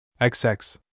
XX